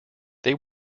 they